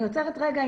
אני עוצרת רגע.